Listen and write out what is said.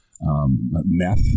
meth